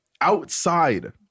outside